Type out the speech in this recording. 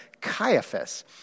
Caiaphas